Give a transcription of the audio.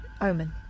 Omen